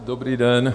Dobrý den.